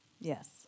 Yes